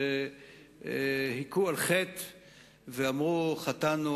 שהכו על חטא ואמרו: חטאנו,